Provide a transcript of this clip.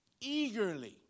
Eagerly